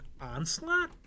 Onslaught